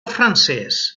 francès